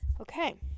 Okay